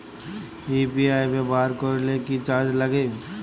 UPI ব্যবহার করলে কি চার্জ লাগে?